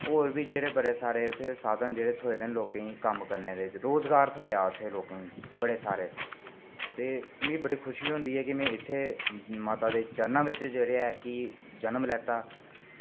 होर बी जेह्ड़े उत्थै बड़े सारे साधन थ्होऐ दे जेह्ड़े कम्म करने दे रोजगार थ्होएआ बड़े सारे ते मिगी बड़ी खुशी होंदी ऐ कि माता दे चरणें बिच ऐ जेह्ड़ा